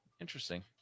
Interesting